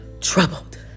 troubled